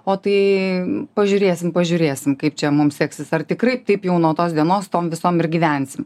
o tai pažiūrėsim pažiūrėsim kaip čia mum seksis ar tikrai taip jau nuo tos dienos tom visom ir gyvensim